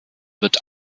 wird